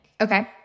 Okay